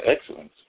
excellence